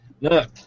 Look